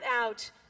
out